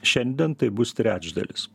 šiandien tai bus trečdalis